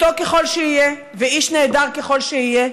מתוק ככל שיהיה ואיש נהדר ככל שיהיה,